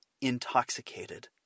intoxicated